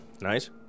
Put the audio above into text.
nice